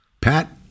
Pat